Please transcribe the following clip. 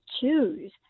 choose